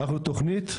ערכנו תוכנית,